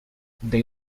they